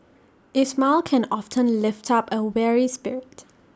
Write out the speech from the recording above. it's smile can often lift up A weary spirit